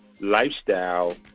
lifestyle